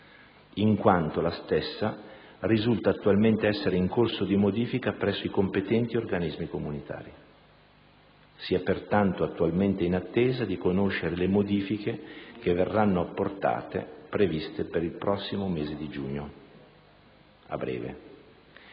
in quanto la stessa risulta attualmente essere in corso di modifica presso i competenti organismi comunitari. Si è pertanto attualmente in attesa di conoscere le modifiche che verranno apportate previste per il prossimo mese di giugno. Circa